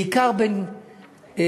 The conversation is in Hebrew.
בעיקר בין הליכוד,